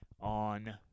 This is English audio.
on